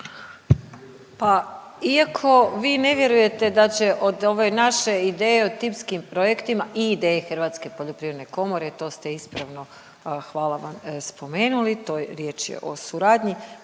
Pa iako vi ne vjerujete da će od ove naše ideje o tipskim projektima i ideje Hrvatske poljoprivredne komore, to ste ispravno, hvala vam, spomenuli. To je, riječ je o suradnji,